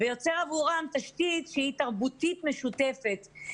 ויוצר עבורם תשתית שהיא תרבותית משותפת.